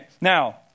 Now